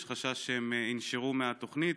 יש חשש שהם ינשרו מהתוכנית.